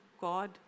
God